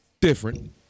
different